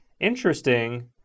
interesting